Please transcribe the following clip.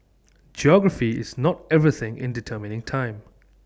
geography is not everything in determining time